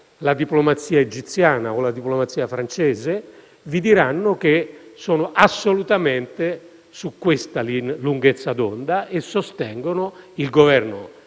la diplomazia egiziana o quella francese vi diranno che sono assolutamente su questa lunghezza d'onda e sostengono il Governo